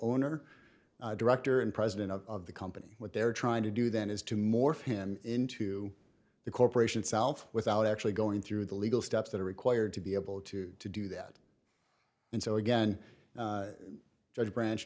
owner director and president of the company what they're trying to do then is to morph him into the corporation self without actually going through the legal steps that are required to be able to do that and so again judge branch